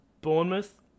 Bournemouth